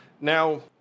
Now